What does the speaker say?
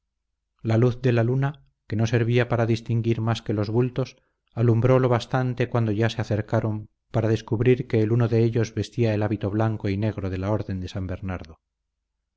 la luz de la luna que no servía para distinguir más que los bultos alumbró lo bastante cuando ya se acercaron para descubrir que el uno de ellos vestía el hábito blanco y negro de la orden de san bernardo